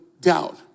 doubt